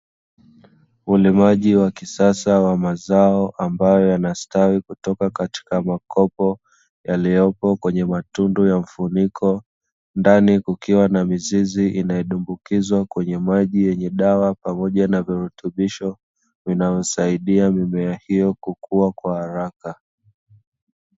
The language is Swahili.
Ulimaji wa kisasa wa mazao ambayo yana stawi kutoka katika makopo, yaliyopo kwenye matundu ya mfuniko, ndani kukiwa na mizizi inayodumbukizwa kwenye maji yenye dawa pamoja na virutubisho vinavyosaidia mimea hiyo kukua kwa haraka.